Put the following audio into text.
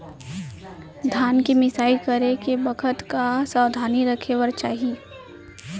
धान के मिसाई करे के बखत का का सावधानी रखें बर चाही?